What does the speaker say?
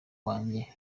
wanjye